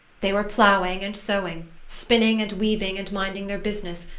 they were ploughing and sowing, spinning and weaving and minding their business,